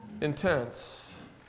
intense